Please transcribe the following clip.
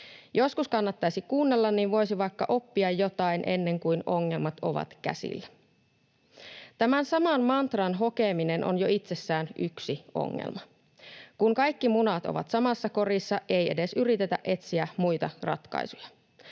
Joskus kannattaisi kuunnella, niin voisi vaikka oppia jotain ennen kuin ongelmat ovat käsillä. Tämän saman mantran hokeminen on jo itsessään yksi ongelma. Kun kaikki munat ovat samassa korissa, ei edes yritetä etsiä muita ratkaisuja.